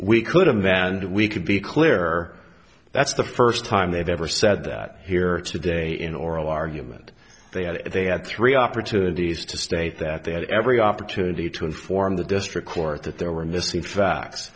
we could have that and we could be clear that's the first time they've ever said that here today in oral argument they had they had three opportunities to state that they had every opportunity to inform the district court that there were missing facts